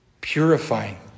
Purifying